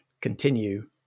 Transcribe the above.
continue